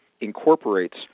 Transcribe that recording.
incorporates